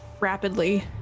rapidly